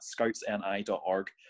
scoutsni.org